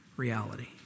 reality